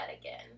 again